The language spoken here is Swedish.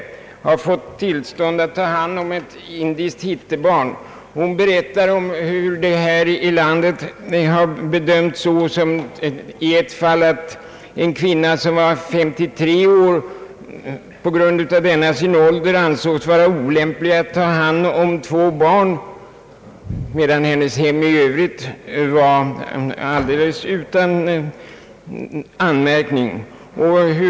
Själv har hon fått tillstånd att ta hand om ett indiskt hittebarn. Hon berättar om hur man här i landet bedömt två adoptionsfall. Det ena fallet gällde en kvinna som var 53 år och på grund av denna sin ålder ansågs olämplig att ta hand om två barn, medan hennes hem i övrigt var alldeles utan anmärkning.